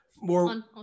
more-